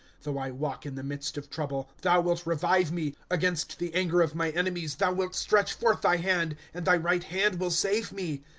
though i walk in the midst of trouble, thou wilt revive me against the anger of my enemies thou wilt stretch forth thy hand, and thy right hand will save me.